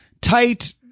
tight